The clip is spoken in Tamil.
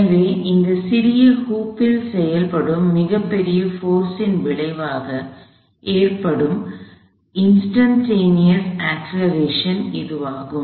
எனவே இந்த சிறிய ஹூப் இல் செயல்படும் மிகப் பெரிய போர்ஸ் இன் விளைவாக ஏற்படும் இன்ஸ்டன்ட்டேனியஸ் அக்ஸ்லெரேஷன் இதுவாகும்